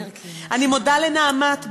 אני מודה ל"נעמת",